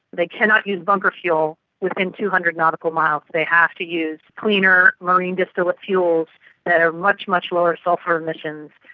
they cannot use bunker fuel within two hundred nautical miles, they have to use cleaner marine distillate fuels that are much, much lower sulphur emissions,